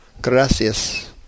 gracias